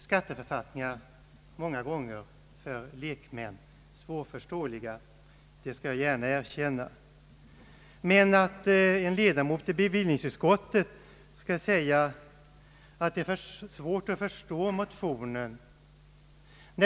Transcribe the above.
'skatteförfattningar: många gånger för lekmän :' svårförståeliga — det skall jag gärna erkänna — men jag tycker att det är underligt att en ledamot av bevillningsutskottet kan säga att det är: svårt att förstå motionen.